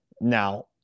now